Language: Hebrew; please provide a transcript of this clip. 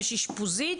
יש אשפוזית